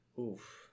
Oof